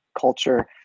culture